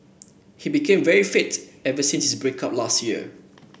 he became very fit ever since his break up last year